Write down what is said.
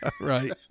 Right